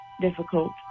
difficult